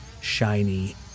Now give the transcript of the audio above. shiny